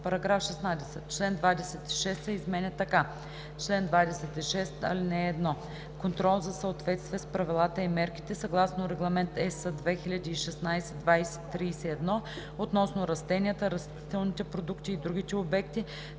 § 16: „§ 16. Член 26 се изменя така: „Чл. 26. (1) Контрол за съответствие с правилата и мерките съгласно Регламент (ЕС) 2016/2031 относно растенията, растителните продукти и другите обекти